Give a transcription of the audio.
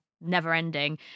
never-ending